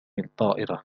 الطائرة